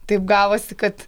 taip gavosi kad